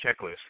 Checklist